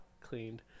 cleaned